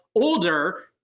older